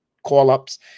call-ups